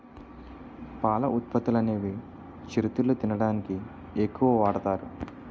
పాల ఉత్పత్తులనేవి చిరుతిళ్లు తినడానికి ఎక్కువ వాడుతారు